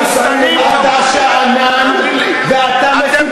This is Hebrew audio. אני קורא אותך לסדר פעם שלישית.